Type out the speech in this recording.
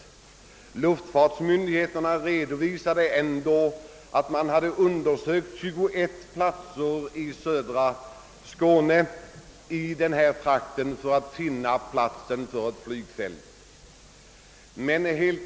Såsom luftfartsmyndigheterna redovisat har man dock undersökt 21 platser i denna trakt av södra Skåne för att finna en plats för ett flygfält.